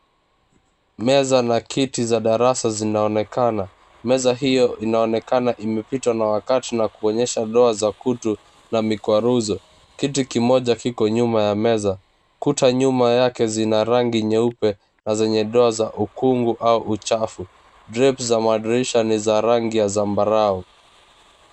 Meza na kiti za darasa zinaonekana. Meza hiyo inaonekana imepitwa na wakati na inaonyesha doa za kutu na mikwaruzo. Kiti kimoja kiko nyuma ya meza. Kuta nyuma yake zina rangi nyeupe na zenye doa ya ukungu au uchafu. Drips za madirisha ni ya rangi ya zambarau.